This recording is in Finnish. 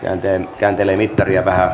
länteen kääntele niitä vielä